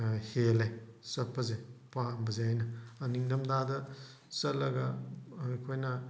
ꯍꯦꯜꯂꯦ ꯆꯠꯄꯁꯦ ꯄꯥꯝꯕꯁꯦ ꯑꯩꯅ ꯅꯤꯡꯊꯝ ꯊꯥꯗ ꯆꯠꯂꯒ ꯑꯩꯈꯣꯏꯅ